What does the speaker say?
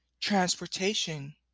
transportation